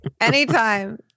Anytime